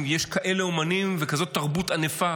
אם יש כאלה אומנים וכזאת תרבות ענפה